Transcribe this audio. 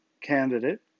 candidate